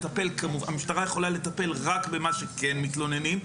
המשטרה יכולה לטפל רק במה שכן מתלוננים,